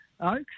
Oaks